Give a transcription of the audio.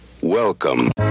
Welcome